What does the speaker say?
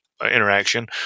interaction